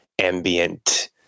ambient